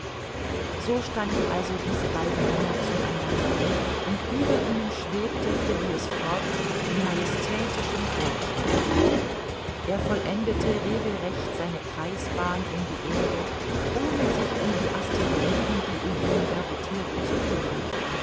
so standen also diese beiden männer zu einander und über ihnen schwebte phileas fogg in majestätischem gleichmuth er vollendete regelrecht seine kreisbahn um die erde ohne sich um die asteroden die um ihn gravitirten zu kümmern